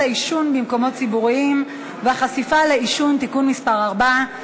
העישון במקומות ציבוריים והחשיפה לעישון (תיקון מס' 4),